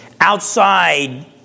outside